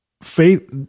Faith